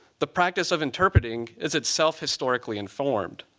the practice of interpreting is itself historically informed.